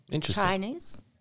Chinese